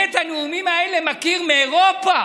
את הנאומים האלה אני מכיר מאירופה.